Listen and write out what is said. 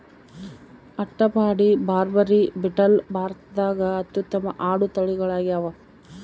ಅಟ್ಟಪಾಡಿ, ಬಾರ್ಬರಿ, ಬೀಟಲ್ ಭಾರತದಾಗ ಅತ್ಯುತ್ತಮ ಆಡು ತಳಿಗಳಾಗ್ಯಾವ